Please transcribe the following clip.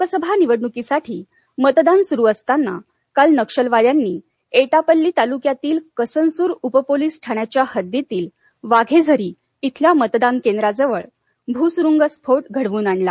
लोकसभा निवडणुकीसाठी मतदान सुरु असताना काल नक्षलवाद्यांनी एटापल्ली तालुक्यातील कसनसुर उपपोलिस ठाण्याच्या हद्दीतील वाघेझरी इथल्या मतदान केंद्राजवळ भूसुरुंगस्फोट घडवून आणला